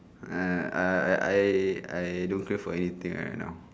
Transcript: um I I I don't crave for anything right now